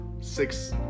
six